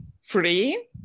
free